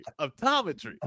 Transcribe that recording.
Optometry